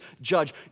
judge